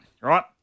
right